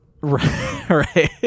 right